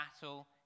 battle